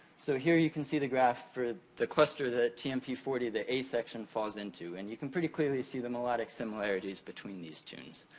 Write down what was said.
so, here, you can see the graph for the cluster, the t m p four zero, the a section falls into. and you can pretty clearly see the melodic similarities between these tunes.